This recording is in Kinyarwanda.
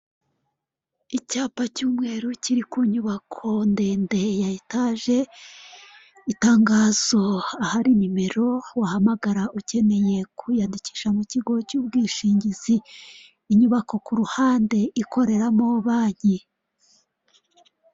Icyapa cy'umweru kiri ku nyubako ndende ya etage, itangazo, ahari nimero wahamagara ukeneye kwiyandikisha mu kigo cy'ubwishingizi, inyubako ku ruhande ikoreramo banki.